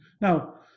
Now